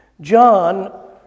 John